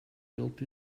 built